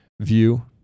view